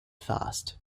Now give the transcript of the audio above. fast